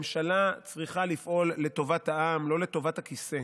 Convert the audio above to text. ממשלה צריכה לפעול לטובת העם, לא לטובת הכיסא.